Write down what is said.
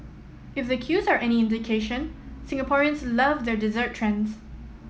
if the queues are any indication Singaporeans love their dessert trends